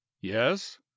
Yes